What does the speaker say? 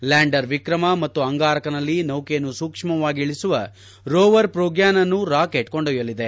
lander Vikram ಮತ್ತು ಅಂಗಾರಕನಲ್ಲಿ ನೌಕೆಯನ್ನು ಸೂಕ್ಷ್ಮವಾಗಿ ಇಳಿಸುವ ರೋವರ್ ಪ್ರೋಗ್ಡಾನ್ ಅನ್ನು ರಾಕೆಟ್ ಕೊಂಡೊಯ್ಟಲಿದೆ